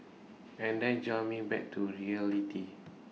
and that jolted me back to reality